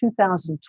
2012